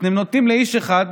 אתם נותנים לאיש אחד,